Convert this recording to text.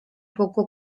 poco